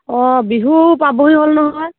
অঁ বিহু পাবহি হ'ল নহয়